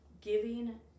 giving